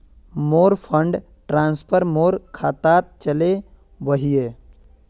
मोर fund transfer मोर खातात चले वहिये